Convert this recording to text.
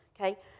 okay